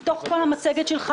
מתוך כל המצגת שלך,